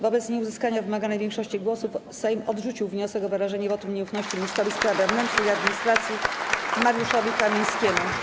Wobec nieuzyskania wymaganej większości głosów Sejm odrzucił wniosek o wyrażenie wotum nieufności ministrowi spraw wewnętrznych i administracji Mariuszowi Kamińskiemu.